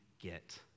get